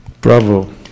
Bravo